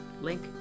link